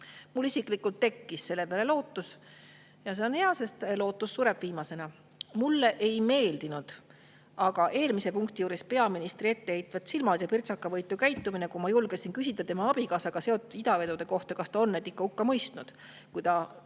Mul isiklikult tekkis selle peale lootus, ja see on hea, sest lootus sureb viimasena. Mulle aga ei meeldinud eelmise punkti juures peaministri etteheitvad silmad ja pirtsakavõitu käitumine, kui ma julgesin küsida tema abikaasaga seotud idavedude puhul, et kas ta on need ikka hukka mõistnud, kui ta